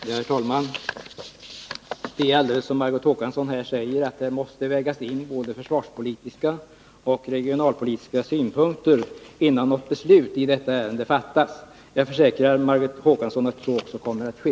Herr talman! Som Margot Håkansson säger måste man väga in både försvarspolitiska och regionalpolitiska synpunkter innan man fattar beslut i detta ärende. Jag försäkrar Margot Håkansson att så också kommer att ske.